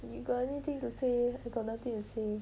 you got anything to say I got nothing to say